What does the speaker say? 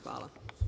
Hvala.